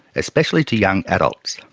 especially to young adults.